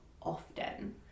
often